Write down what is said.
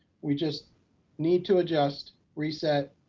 we just need to adjust, reset,